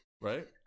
right